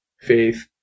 faith